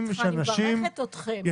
אני מברכת אתכם.